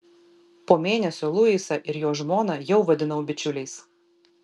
po mėnesio luisą ir jo žmoną jau vadinau bičiuliais